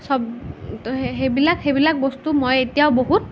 চব সেইবিলাক সেইবিলাক বস্তু মই এতিয়াও বহুত